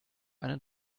eine